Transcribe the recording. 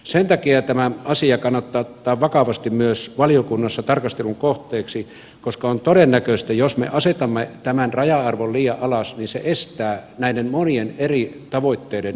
sen takia tämä asia kannattaa ottaa vakavasti myös valiokunnassa tarkastelun kohteeksi koska on todennäköistä että jos me asetamme tämän raja arvon liian alas niin se estää näiden monien eri tavoitteiden toteutumisen